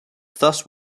thus